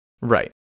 right